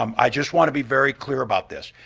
um i just want to be very clear about this.